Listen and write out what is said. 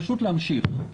פשוט להמשיך.